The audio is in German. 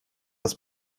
das